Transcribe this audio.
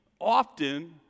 often